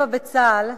לא,